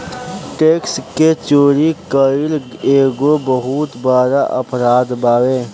tax के चोरी कईल एगो बहुत बड़का अपराध बावे